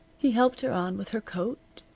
he helped her on with her coat,